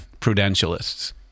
prudentialists